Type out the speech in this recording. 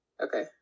Okay